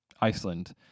Iceland